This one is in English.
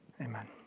amen